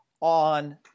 on